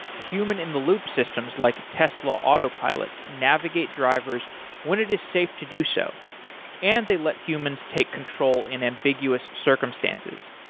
human in the loop systems like tesla autopilot navigate drivers when it is safe to do so and they let humans take control in ambiguous circumstances.